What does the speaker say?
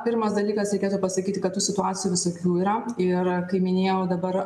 pirmas dalykas reikėtų pasakyti kad tų situacijų visokių yra ir kaip minėjau dabar